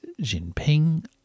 Jinping